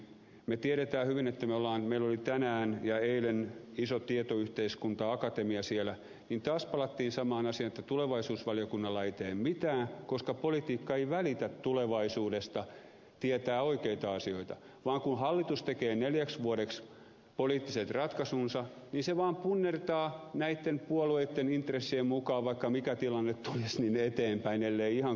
uusipaavalniemikin tiedämme hyvin että kun meillä oli tänään ja eilen iso tietoyhteiskunta akatemia siellä niin taas palattiin samaan asiaan että tulevaisuusvaliokunnalla ei tee mitään koska politiikka ei välitä tietää tulevaisuudesta oikeita asioita vaan kun hallitus tekee neljäksi vuodeksi poliittiset ratkaisunsa niin se vaan punnertaa näitten puolueitten intressien mukaan vaikka mikä tilanne tulisi eteenpäin ellei ihan katastrofia tule